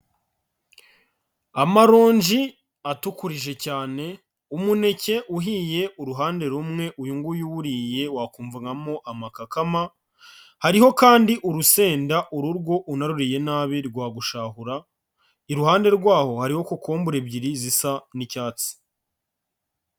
Amaronji atukurije cyane, umuneke uhiye uruhande umwe, uyu nguyu uwuriye wakumvamo amakakama, hariho kandi urusenda ururwo unaruriye nabi rwagushahura, iruhande rwaho hariho kokombure ebyiri zisa n'icyatsi.